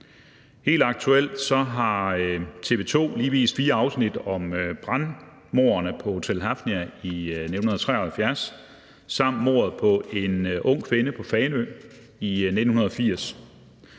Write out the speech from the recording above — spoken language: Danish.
Helt aktuelt har TV 2 lige vist fire afsnit om mordbrandene på Hotel Hafnia i 1973 samt mordet på en ung kvinde på Fanø i 1980.